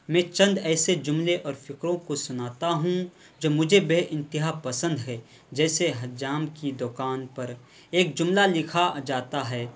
میں چند ایسے جملے اور فقروں کو سناتا ہوں جو مجھے بے انتہا پسند ہے جیسے حجام کی دکان پر ایک جملہ لکھا جاتا ہے